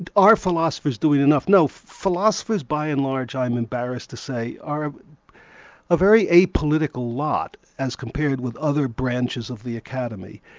and are philosophers doing enough? no, philosophers by and large, i'm embarrassed to say, are a very apolitical lot, as compared with other branches of the academy.